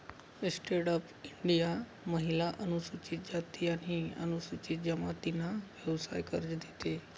stand up India महिला, अनुसूचित जाती आणि अनुसूचित जमातींना व्यवसाय कर्ज देते